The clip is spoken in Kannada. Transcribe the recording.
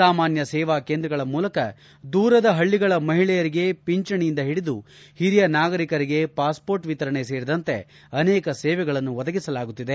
ಸಾಮಾನ್ನ ಸೇವಾ ಕೇಂದ್ರಗಳ ಮೂಲಕ ದೂರದ ಹಳ್ಳಗಳ ಮಹಿಳೆಯರಿಗೆ ಪಿಂಚಣಿಯಿಂದ ಹಿಡಿದು ಹಿರಿಯ ನಾಗರೀಕರಿಗೆ ಪಾಸ್ಪೋರ್ಟ್ ವಿತರಣೆ ಸೇರಿದಂತೆ ಅನೇಕ ಸೇವೆಗಳನ್ನು ಒದಗಿಸಲಾಗುತ್ತಿದೆ